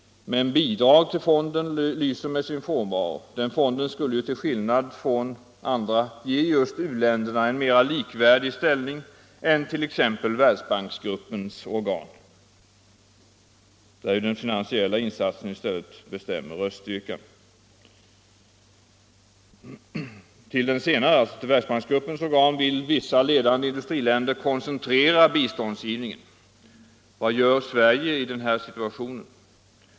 Men bidragen till fonden lyser med sin frånvaro. Denna fond skulle ge just u-länderna en mer likvärdig ställning än t.ex. Världsbanksgruppens organ, där den finansiella insatsen bestämmer röststyrkan. Till Världsbanksgruppens organ vill vissa ledande industriländer koncentrera biståndsgivningen. Vad gör Sverige i denna situation?